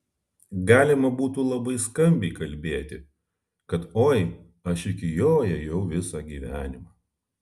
galima būtų labai skambiai kalbėti kad oi aš iki jo ėjau visą gyvenimą